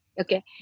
Okay